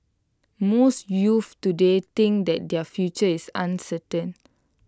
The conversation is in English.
most youths today think that their future is uncertain